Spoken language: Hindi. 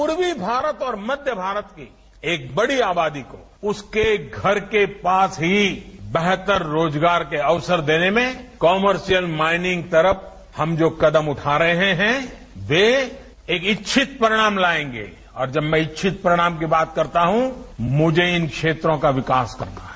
प्रर्वी भारत और मध्य भारत की एक बड़ी आबादी को उसके घर के पास ही बेहतर रोजगार के अवसर देने में कर्मिशियल माइनिंस की तरफ हम जो कदम उठा रहे हैं वे एक इच्छित परिणाम लायेंगे और जब मैं इच्छित परिणाम की बात करता हूं मुझे इन क्षेत्रों का विकास करना है